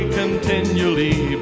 continually